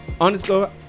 underscore